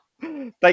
thank